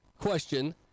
question